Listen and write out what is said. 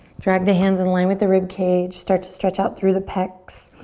drag the hands in line with the rib cage. start to stretch out through the pecs,